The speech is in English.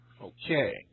Okay